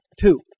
Two